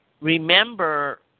remember